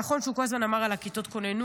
נכון שהוא כל הזמן דיבר על כיתות הכוננות?